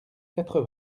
quatre